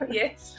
yes